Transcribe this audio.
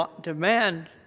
demand